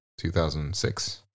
2006